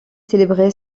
célébré